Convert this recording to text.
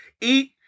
Eat